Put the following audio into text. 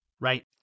right